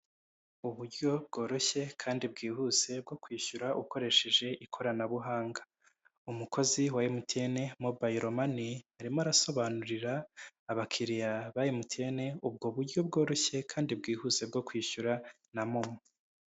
Uburyo bworoshye kandi bwihuse bwo kwishyura ukoresheje ikoranabuhanga. Umukozi wa MTN mobayiro mani arimo arasobanurira abakiriya ba MTN ubwo buryo bworoshye kandi bwihuse bwo kwishyura na momo.